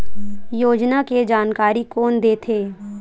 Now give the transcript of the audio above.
योजना के जानकारी कोन दे थे?